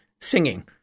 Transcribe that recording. singing